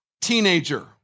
teenager